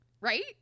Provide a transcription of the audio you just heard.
Right